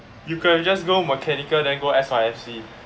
you could have just go mechanical then go S_Y_F_C